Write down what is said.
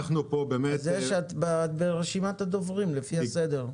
את ברשימת הדוברים לפי הסדר.